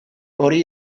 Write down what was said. hori